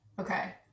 okay